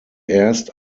erst